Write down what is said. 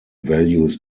values